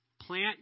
Plant